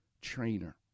trainer